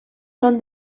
són